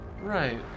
Right